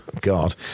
God